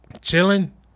chilling